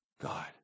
God